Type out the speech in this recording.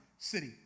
city